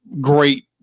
great